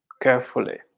carefully